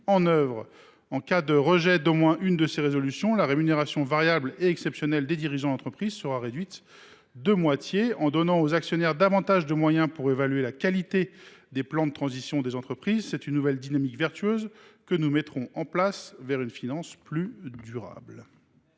En cas de rejet d’au moins l’une de ces deux résolutions, la rémunération variable et exceptionnelle des dirigeants de ces entreprises sera réduite de moitié. En donnant aux actionnaires plus de moyens pour évaluer la qualité des plans de transition des entreprises, c’est une nouvelle dynamique vertueuse orientée vers une finance plus durable